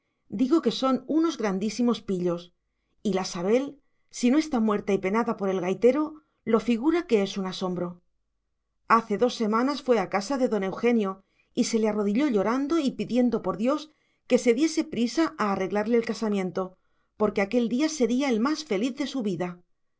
digo que son unos grandísimos pillos y la sabel si no está muerta y penada por el gaitero lo figura que es un asombro hace dos semanas fue a casa de don eugenio y se le arrodilló llorando y pidiendo por dios que se diese prisa a arreglarle el casamiento porque aquel día sería el más feliz de su vida